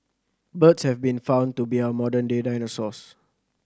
birds have been found to be our modern day dinosaurs